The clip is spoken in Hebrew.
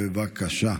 בבקשה.